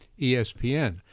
ESPN